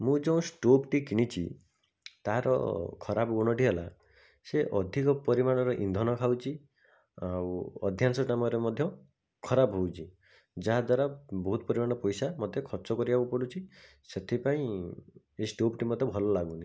ମୁଁ ଯଉ ଷ୍ଟୋଭ୍ ଟି କିଣିଛି ତାହାର ଖରାପ୍ ଗୁଣଟି ହେଲା ସେ ଅଧିକ ପରିମାଣର ଇନ୍ଧନ ଖାଉଛି ଆଉ ଟା ରେ ମଧ୍ୟ ଖରାପ୍ ହେଉଛି ଯାହାଦ୍ଵାରା ବହୁତ୍ ପରିମାଣର ପଇସା ମୋତେ ଖର୍ଚ୍ଚ କରିବାକୁ ପଡ଼ୁଛି ସେଥିପାଇଁ ଏଇ ଷ୍ଟୋଭ୍ ଟି ମୋତେ ଭଲ ଲାଗୁନି